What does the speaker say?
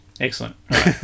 Excellent